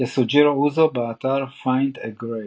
יסוג'ירו אוזו, באתר "Find a Grave"